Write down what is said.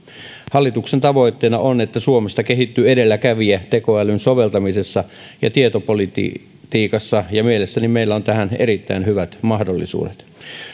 hallituksen tavoitteena on että suomesta kehittyy edelläkävijä tekoälyn soveltamisessa ja tietopolitiikassa ja mielestäni meillä on tähän erittäin hyvät mahdollisuudet